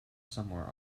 somewhere